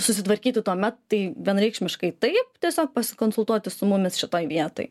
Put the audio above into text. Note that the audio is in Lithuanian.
susitvarkyti tuomet tai vienareikšmiškai tai tiesiog pasikonsultuoti su mumis šitoj vietoj